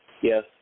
Yes